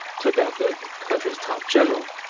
took out the country's top general,